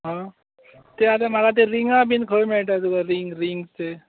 आं तें म्हाका आतां तें रिंगा बी खंय मेळटा तीं रिंग रिंग तें